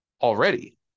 already